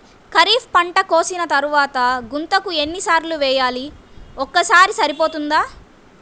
ఖరీఫ్ పంట కోసిన తరువాత గుంతక ఎన్ని సార్లు వేయాలి? ఒక్కసారి సరిపోతుందా?